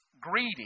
greedy